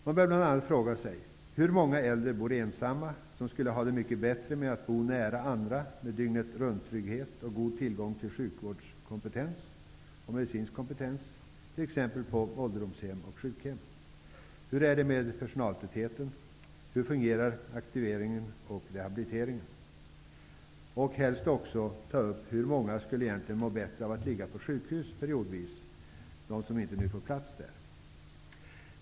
Man behöver bl.a. fråga sig hur många äldre som bor ensamma, men som skulle ha det mycket bättre om de bodde nära andra med dygnet-runt-trygghet och god tillgång till sjukvårdskompetens och medicinsk kompetens t.ex. på ålderdomshem och sjukhem. Man kan fråga sig hur det är med personaltätheten och hur aktiveringen och rehabiliteringen fungerar. Helst skulle man också behöva ta upp frågan om hur många som egentligen skulle må bättre av att periodvis ligga på sjukhus, av dem som inte får plats där.